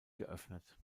geöffnet